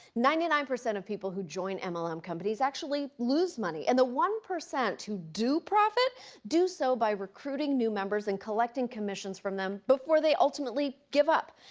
ninety nine percent of people who join mlm companies actually lose money. and the one percent who do profit do so by recruiting new members and collecting commissions from them before they ultimately give up.